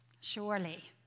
Surely